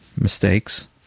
mistakes